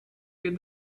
get